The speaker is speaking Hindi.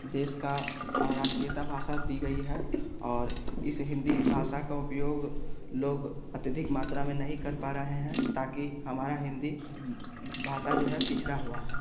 देश का राष्ट्रीयता भाषा दी गई है और इस हिंदी भाषा का उपयोग लोग अत्यधिक मात्रा में नहीं कर पा रहे हैं ताकि हमारा हिंदी भाषा जो है पिछड़ा हुआ है